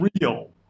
real